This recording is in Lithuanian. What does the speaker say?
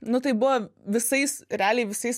nu tai buvo visais realiai visais